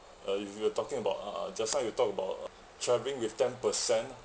uh if you were talking about uh just now you talked about uh travelling with ten-per cent